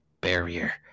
barrier